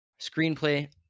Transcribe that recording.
Screenplay